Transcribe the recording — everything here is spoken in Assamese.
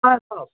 হয় কওক